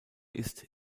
ist